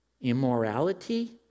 immorality